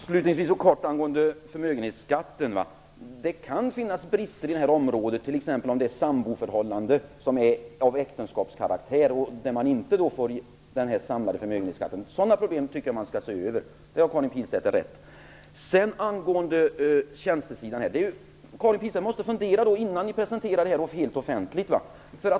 Fru talman! Det kan finnas brister i fråga om förmögenhetsbeskattningen, t.ex. om det rör sig om ett samboförhållande som är av äktenskapskaraktär, då man inte får den samlade förmögenhetsskatten. Sådana problem skall man se över. Det har Karin Pilsäter rätt i. Karin Pilsäter måste fundera över frågan om tjänstebeskattningen innan förslaget presenteras offentligt.